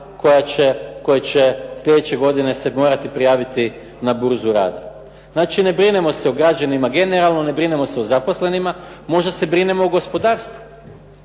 koji će slijedeće godine se morati prijaviti na burzu rada. Znači ne brinemo se o građanima generalno, ne brinemo se o zaposlenima. Možda se brinemo o gospodarstvu.